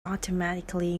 automatically